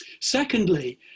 Secondly